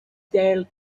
their